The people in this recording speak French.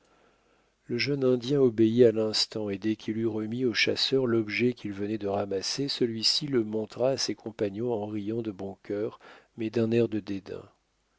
le jeune indien obéit à l'instant et dès qu'il eut remis au chasseur l'objet qu'il venait de ramasser celui-ci le montra à ses compagnons en riant de bon cœur mais d'un air de dédain